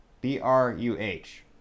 B-R-U-H